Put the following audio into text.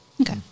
Okay